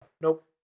Nope